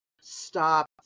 stop